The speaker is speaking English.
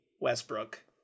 Westbrook